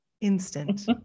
Instant